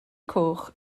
coch